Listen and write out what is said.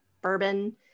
bourbon